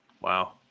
wow